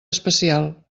especial